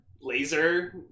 Laser